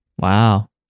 Wow